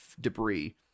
debris